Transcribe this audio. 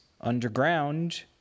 underground